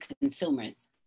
consumers